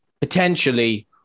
potentially